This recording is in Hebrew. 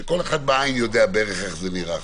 שכל אחד בעין יודע בערך איך זה נראה,